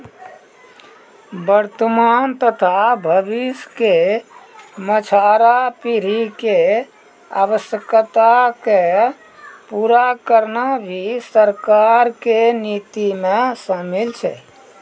वर्तमान तथा भविष्य के मछुआरा पीढ़ी के आवश्यकता क पूरा करना भी सरकार के नीति मॅ शामिल छै